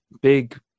big